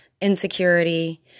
Insecurity